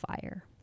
fire